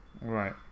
Right